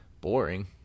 Boring